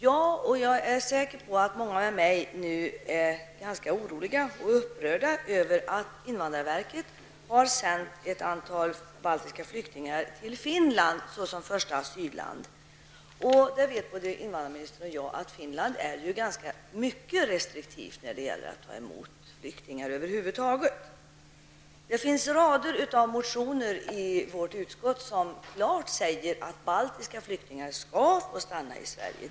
Jag är nu ganska orolig och upprörd, vilket jag är säker på gäller också många andra, över att invandrarverket har sänt ett antal baltiska flyktingar till Finland såsom första asylland. Både invandrarministern och jag vet att Finland är mycket restriktivt när det gäller att ta emot flyktingar över huvud taget. Det finns rader av motioner i vårt utskott, i vilka det klart sägs att baltiska flyktingar skall få stanna i Sverige.